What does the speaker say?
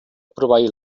proveir